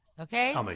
Okay